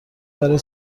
برای